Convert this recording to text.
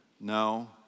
No